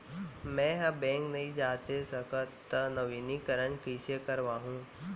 मैं ह बैंक नई जाथे सकंव त नवीनीकरण कइसे करवाहू?